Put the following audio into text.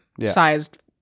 sized